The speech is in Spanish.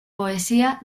poesía